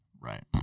right